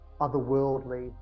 otherworldly